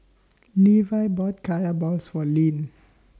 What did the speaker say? Levi bought Kaya Balls For Leann